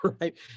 right